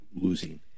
losing